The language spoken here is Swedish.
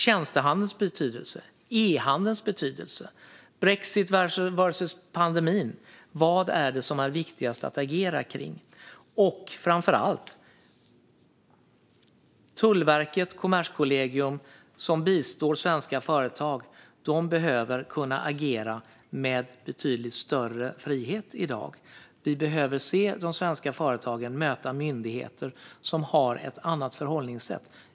Tjänstehandelns betydelse, e-handelns betydelse, brexit versus pandemin - vad är viktigast att agera kring? Framför allt behöver Tullverket och Kommerskollegium, som bistår svenska företag, kunna agera med betydligt större frihet i dag. Vi behöver se de svenska företagen möta myndigheter som har ett annat förhållningssätt.